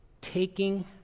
taking